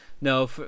No